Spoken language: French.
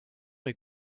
est